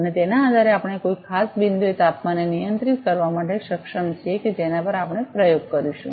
અને તેના આધારે આપણે કોઈ ખાસ બિંદુએ તાપમાનને નિયંત્રિત કરવા માટે સક્ષમ છીએ કે જેના પર આપણે પ્રયોગ કરીશું